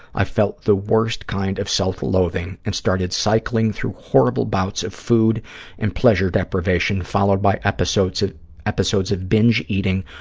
i felt the worst kind of self-loathing and started cycling through horrible bouts of food and pleasure deprivation, followed by episodes ah episodes of binge eating,